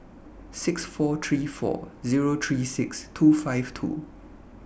six four three four Zero three six two five two